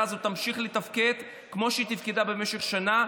הזאת תמשיך לתפקד כמו שהיא תפקדה במשך שנה,